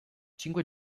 cinque